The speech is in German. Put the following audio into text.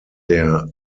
der